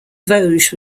vosges